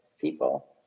people